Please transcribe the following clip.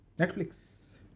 Netflix